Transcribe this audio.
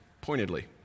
pointedly